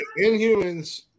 Inhumans